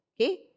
Okay